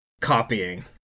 copying